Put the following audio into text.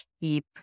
keep